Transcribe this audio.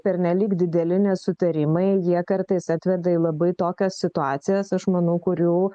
pernelyg dideli nesutarimai jie kartais atveda į labai tokias situacijas aš manau kurių